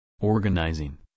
Organizing